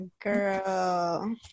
girl